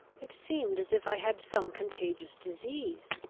it seemed as if i had some contagious disease,